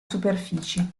superfici